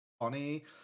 funny